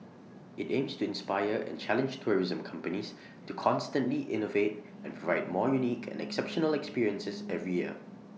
IT aims to inspire and challenge tourism companies to constantly innovate and provide more unique and exceptional experiences every year